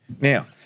Now